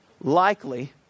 Likely